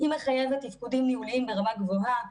היא מחייבת תפקודים ניהוליים ברמה גבוהה,